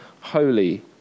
holy